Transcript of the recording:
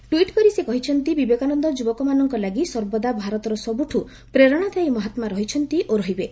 tweet କରି ସେ କହିଛନ୍ତି ବିବେକାନନ୍ଦ ଯୁବକମାନଙ୍କ ଲାଗି ସର୍ବଦା ଭାରତର ସବୁଠୁ ପ୍ରେରଣାଦାୟୀ ମହାତ୍ମା ରହିଛନ୍ତି ଓ ରହିବେ